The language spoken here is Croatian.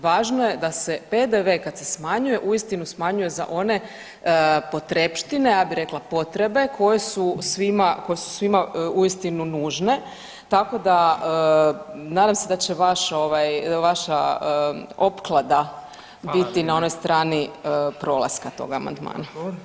Važno je da se PDV kad se smanjuje uistinu smanjuje za one potrepštine, ja bi rekla potrebe, koje su svima, koje su svima uistinu nužne, tako da nadam se da će vaš ovaj, vaša opklada biti na onoj strani prolaska tog amandmana.